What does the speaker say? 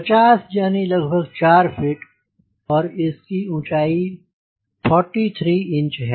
50 यानि लगभग 4 फ़ीट और इसकी ऊंचाई ४३ इंच है